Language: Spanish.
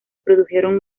produjeron